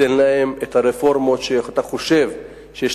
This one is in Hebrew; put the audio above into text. ייתן להן את הרפורמות שאתה חושב שיש